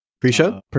pre-show